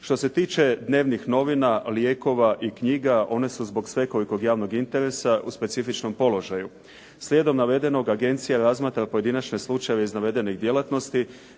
Što se tiče dnevnih novina, lijekova i knjiga one su zbog svekolikog javnog interesa u specifičnom položaju. Slijedom navedenog, agencija razmatra pojedinačne slučajeve iz navedenih djelatnosti